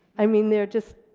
i mean they're just,